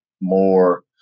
more